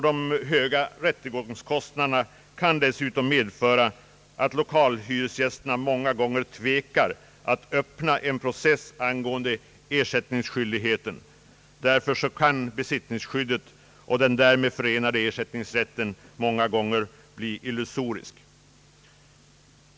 De höga rättegångskostnaderna kan dessutom medföra att lokalhyresgästerna många gånger tvekar att öppna en process om ersättningsskyldigheten. Därför kan besittningsskyddet och den därmed förenade ersättningsrätten många gånger bli illusoriska.